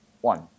one